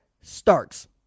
Starks